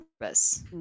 purpose